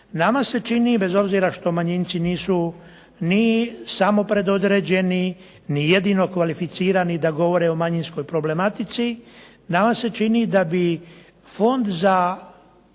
Nama se čini, bez obzira što manjinci nisu ni samopredodređeni ni jedino kvalificirani da govore o manjinskoj problematici, nama se čini da bi Fond za